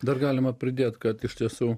dar galima pridėt kad iš tiesų